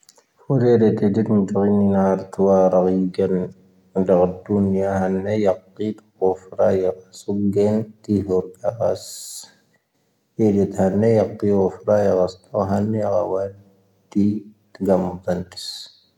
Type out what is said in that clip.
ⵀⵓⵔⴻⵔⴻ ⵜⵉⴷⵉⵏ ⵏⴰⵔⴰⵜ ⵜⵓⵡⴰ ⵡⴰ ⵉⵏ ⴽⴰⵔⵏⴻⴳ ⵀⴰⵏⴰⵏ ⴷⵓⵏⵢⴰ ⵢⴰⵇⵇⵉⵜⵡⴰⵇⴼⴰ ⵢⴰⴽⵙⵓⵎ ⴳⴻ ⴱⵉⵍⵓⵜ ⴰⵏⴻ ⵏⴳⴰ ⵎⵓⴽⴰⵏⵜⵉⵙ.